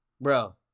Bro